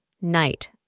Night